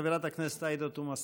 חברת הכנסת עאידה תומא סלימאן,